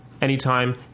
anytime